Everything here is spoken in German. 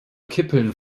kippeln